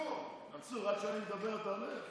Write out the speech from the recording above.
מנסור, עד שאני מדבר אתה הולך?